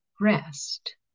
rest